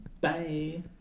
bye